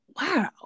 wow